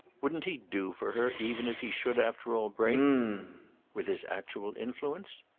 wouldn't he do for her even if he should after all break with his actual influence?